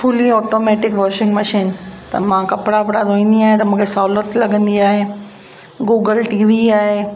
fully automatic washing machine त मां कपिड़ा वपड़ा धोईंदी आहियां त मूंखे सहूलियत लॻंदी आहे गूगल टीवी आहे